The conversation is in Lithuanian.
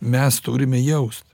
mes turime jaust